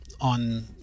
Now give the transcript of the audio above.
on